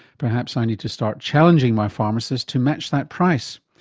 perhaps i need to start challenging my pharmacist to match that price,